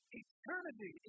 eternity